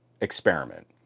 experiment